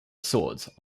swords